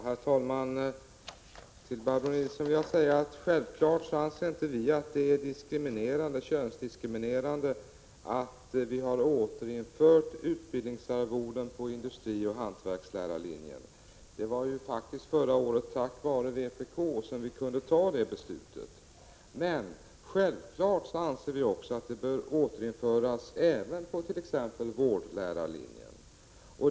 Herr talman! Självfallet anser inte vi att det är könsdiskriminerande att vi har återinfört utbildningsarvodet på industrioch hantverkslärarlinjen. Det var faktiskt tack vare vpk som vi förra året kunde få ett sådant beslut. Men självfallet anser vi också att arvodet bör återinföras även på t.ex. vårdlärarlinjen.